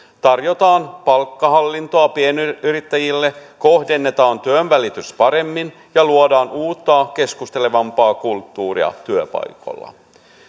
tarjotaan palkkahallintoa pienyrittäjille kohdennetaan työnvälitys paremmin ja luodaan uutta keskustelevampaa kulttuuria työpaikoilla